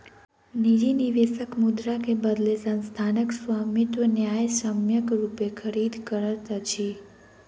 निजी निवेशक मुद्रा के बदले संस्थानक स्वामित्व न्यायसम्यक रूपेँ खरीद करैत अछि